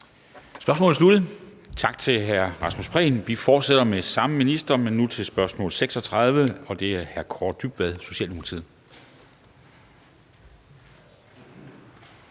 Spørgsmålet er sluttet. Tak til hr. Rasmus Prehn. Vi fortsætter med samme minister, men nu med spørgsmål 36, og det er fra hr. Kaare Dybvad, Socialdemokratiet.